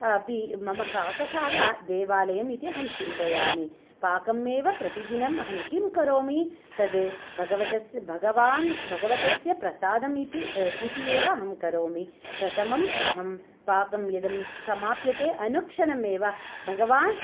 अपि मम पाकशाला देवालयम् इति अहं चिन्तयामि पाकम् एव प्रतिदिनम् अहं किं करोमि तत् भगवतस्य भगवान् भगवतस्य प्रसादम् इति इति एवं अहं करोमि प्रथमम् अहं पाकं यदा समाप्यते अनुक्षणमेव भगवान्